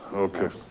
okay.